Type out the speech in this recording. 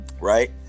right